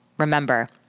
Remember